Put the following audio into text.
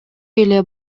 эле